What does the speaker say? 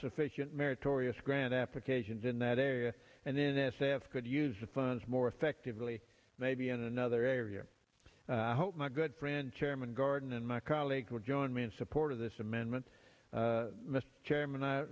sufficient meritorious grant applications in that area and then s f could use the funds more effectively maybe in another area i hope my good friend chairman garden and my colleagues will join me in support of this amendment mr chairman i